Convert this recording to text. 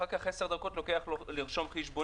ואחר כך 10 דקות לוקח לו לרשום חשבונית,